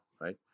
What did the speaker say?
right